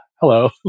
hello